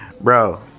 bro